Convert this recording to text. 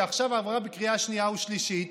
שעכשיו עברה בקריאה שנייה ושלישית,